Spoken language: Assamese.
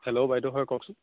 হেল্ল' বাইদেউ হয় কওকচোন